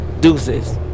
Deuces